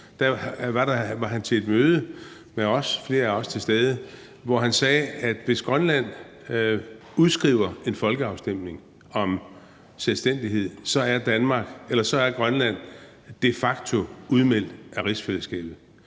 var han til et møde med flere af os, der er til stede her, hvor han sagde, at hvis Grønland udskriver en folkeafstemning om selvstændighed, er Grønland de facto udmeldt af rigsfællesskabet.